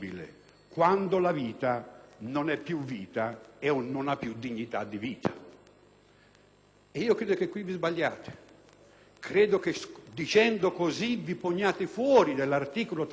Io credo che qui vi sbagliate: credo che dicendo così vi poniate fuori dall'articolo 32 e dall'articolo 2, perché quel paziente terminale,